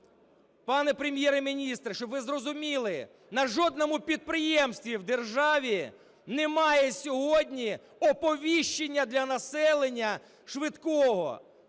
Пане Прем'єре-міністре, щоб ви зрозуміли, на жодному підприємстві в державі немає сьогодні оповіщення для населення швидкого,